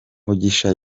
mugisha